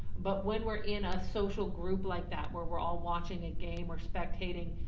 but when we're in a social group like that where we're all watching a game or spectating,